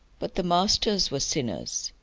but the masters, were sinners.